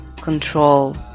control